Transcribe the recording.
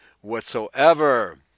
whatsoever